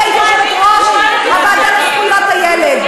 אני הייתי יושבת-ראש הוועדה לזכויות הילד.